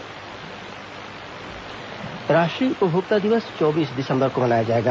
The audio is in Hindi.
राष्ट्रीय उपभोक्ता दिवस राष्ट्रीय उपभोक्ता दिवस चौबीस दिसम्बर को मनाया जाएगा